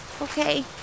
Okay